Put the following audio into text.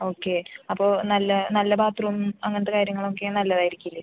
okay അപ്പോൾ നല്ല നല്ല ബാത്രൂമും അങ്ങനത്തെ കാര്യങ്ങളൊക്കെ നല്ലത് ആയിരിക്കില്ലേ